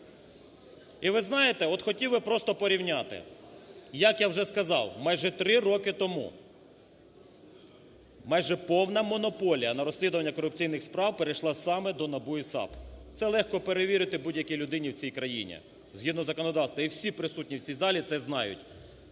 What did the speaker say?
І ви знаєте, от хотів би просто порівняти, як я вже сказав, майже 3 роки тому, майже повна монополія на розслідування корупційних справ перейшла саме до НАБУ і САП. Це легко перевірити будь-якій людині в цій країні, згідно законодавства, і всі присутні в цій залі це знають.